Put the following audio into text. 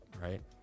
right